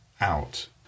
out